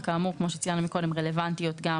ורלוונטיות גם